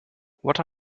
what